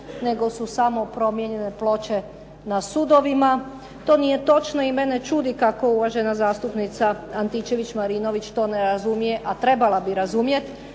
nego su samo promijenjene ploče na sudovima. To nije točno i mene čudi kako uvažena zastupnica Antičević-Marinović to ne razumije, a trebala bi razumjet